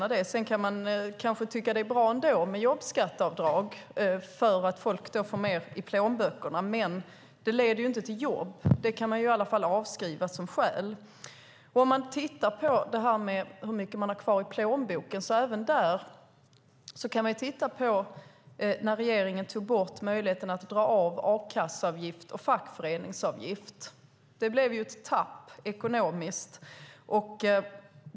Sedan kan man kanske tycka att det ändå är bra med jobbskatteavdrag för att folk då får mer pengar i plånböckerna. Men det leder inte till jobb. Det kan man i alla fall avskriva som skäl. När det gäller hur mycket folk har kvar i plånboken kan vi titta på hur det blev när regeringen tog bort möjligheten att dra av a-kasseavgift och fackföreningsavgift. Det blev ett tapp ekonomiskt.